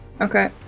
Okay